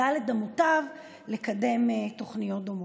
לקדם תוכניות דומות.